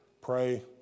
pray